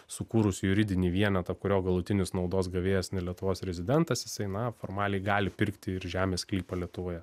sukūrus juridinį vienetą kurio galutinis naudos gavėjas ne lietuvos rezidentas jisai na formaliai gali pirkti ir žemės sklypą lietuvoje